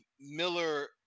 miller